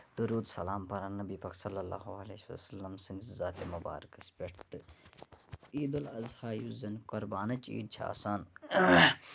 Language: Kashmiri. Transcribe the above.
تہٕ دروٗر سَلام پَران نبی پاکؐ سٕندۍ ذاتہِ مُبارَکس پٮ۪ٹھ تہٕ عیٖدُلاعضحیٰ یُس زَن قۄربانٕچ عیٖد چھےٚ آسان